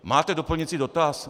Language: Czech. Máte doplňující dotaz?